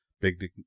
big